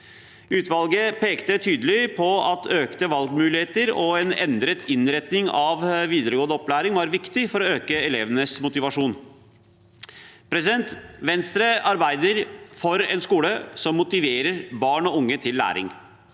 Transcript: Utvalget pekte tydelig på at økte valgmuligheter og en endret innretning av videregående opplæring var viktig for å øke elevenes motivasjon. Venstre arbeider for en skole som motiverer barn og unge til læring.